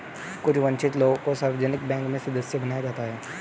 कुछ वन्चित लोगों को सार्वजनिक बैंक में सदस्य बनाया जाता है